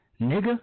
nigger